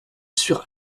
sur